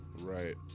Right